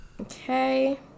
Okay